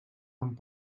amb